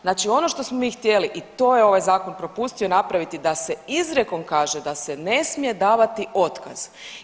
Znači ono što smo mi htjeli i to je ovaj propustio napraviti da se izrijekom kaže da se ne smije davati otkaz.